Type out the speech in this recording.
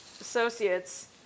associates